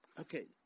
okay